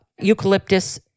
eucalyptus